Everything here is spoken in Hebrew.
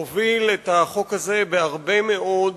הוביל את החוק הזה בהרבה מאוד